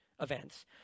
Events